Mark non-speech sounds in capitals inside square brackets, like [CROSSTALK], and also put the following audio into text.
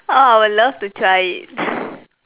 oh I would love to try it [LAUGHS]